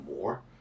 more